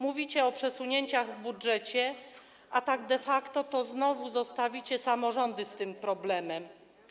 Mówicie o przesunięciach w budżecie, a de facto znowu zostawicie samorządy z tym problemem.